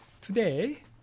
Today